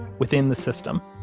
within the system.